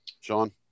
Sean